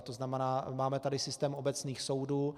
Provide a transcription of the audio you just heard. To znamená, máme tady systém obecných soudů.